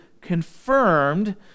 confirmed